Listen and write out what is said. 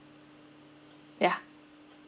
yeah